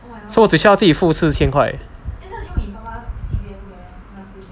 so 只要自己付四千块